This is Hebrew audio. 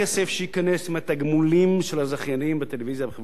שייכנס מהתגמולים של הזכיינים בטלוויזיה בכבלים,